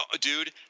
dude